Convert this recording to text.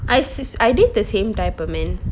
I says I did the same diaper man